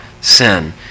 sin